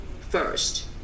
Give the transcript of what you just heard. first